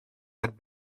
had